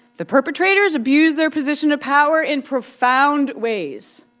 the perpetrators abused their position of power in profound ways.